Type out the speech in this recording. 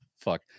Fuck